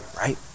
right